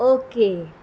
okay